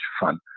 fun